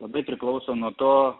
labai priklauso nuo to